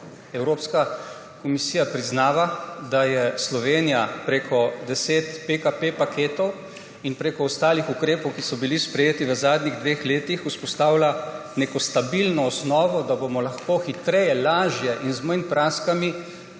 Evropska komisija priznava, da je Slovenija prek 10 PKP paketov in prek ostalih ukrepov, ki so bili sprejeti v zadnjih dveh letih, vzpostavila neko stabilno osnovo, da bomo lahko hitreje, lažje in z manj praskami